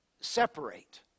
separate